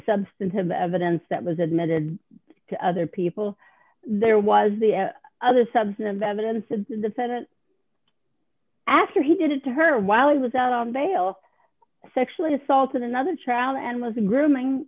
substantive evidence that was admitted to other people there was the other subset of evidence in the federal after he did it to her while he was out on bail sexually assaulted another child and was grooming